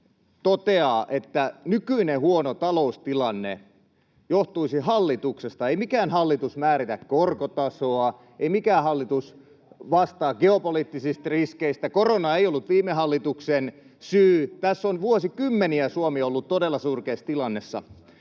toteaa, että nykyinen huono taloustilanne johtuisi hallituksesta. Ei mikään hallitus määritä korkotasoa, ei mikään hallitus vastaa geopoliittisista riskeistä. Korona ei ollut viime hallituksen syy. Tässä on vuosikymmeniä Suomi ollut todella surkeassa tilanteessa,